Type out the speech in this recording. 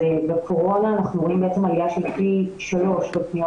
אז בקורונה רואים עלייה של פי שלושה של פניות